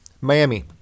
Miami